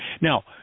Now